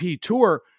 tour